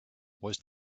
was